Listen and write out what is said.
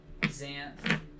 Xanth